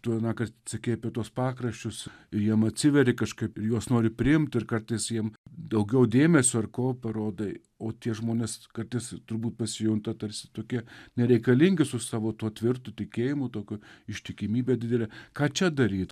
tu anąkart sakei apie tuos pakraščius jiem atsiveri kažkaip ir juos nori priimt ir kartais jiem daugiau dėmesio ar ko parodai o tie žmonės kartais turbūt pasijunta tarsi tokie nereikalingi su savo tuo tvirtu tikėjimu tokiu ištikimybe didele ką čia daryt